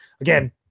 Again